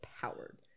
powered